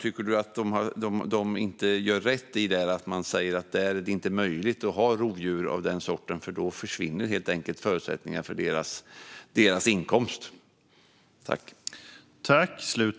Tycker du att de inte gör rätt i att säga att det inte är möjligt att ha rovdjur av den sorten eftersom förutsättningarna för deras inkomst då försvinner?